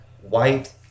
white